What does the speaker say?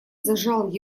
зажал